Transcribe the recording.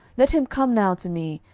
let him come now to me,